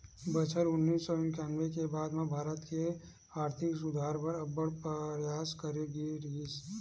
बछर उन्नीस सौ इंकानबे के बाद म भारत के आरथिक सुधार बर अब्बड़ परयास करे गिस